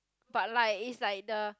but like it's like the